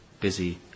busy